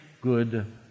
good